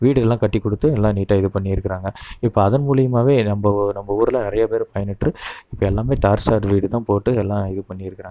வீடுகளெலாம் கட்டிக் கொடுத்து எல்லாம் நீட்டாக இது பண்ணியிருக்குறாங்க இப்போ அதன் மூலயமாவே நம்ப நம்ப ஊரில் நிறைய பேர் பயனுற்று இப்போ எல்லாமே தார்ஷாட் வீடுதான் போட்டு எல்லாம் இது பண்ணி இருக்கிறாங்க